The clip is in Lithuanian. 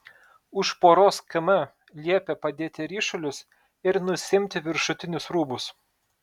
už poros km liepė padėti ryšulius ir nusiimti viršutinius rūbus